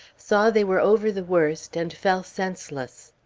saw they were over the worst, and fell senseless.